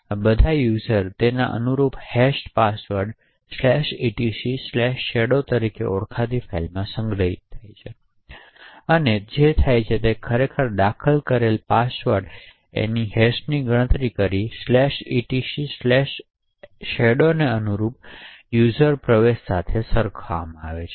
હવે બધા યુઝર અને તેના અનુરૂપ હેશેડ પાસવર્ડો etc shadow તરીકે ઓળખાતી ફાઇલમાં સંગ્રહિત થાય છે તેથી જે થાય છે તે ખરેખર દાખલ થયેલ પાસવર્ડ માટે અને હેશની ગણતરી etcshadow નેઅનુરૂપ યુઝર પ્રવેશ સાથે સરખાવવામાં આવે છે